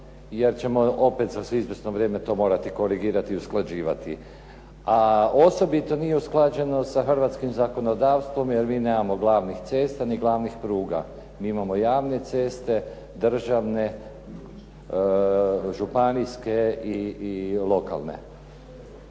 jer ćemo opet za izvjesno vrijeme to morati korigirati i usklađivati. A osobito nije usklađeno sa hrvatskim zakonodavstvom jer mi nemamo glavnih cesta ni glavnih pruga. Mi imamo javne ceste, državne, županijske i lokalne.